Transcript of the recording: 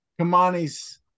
Kamani's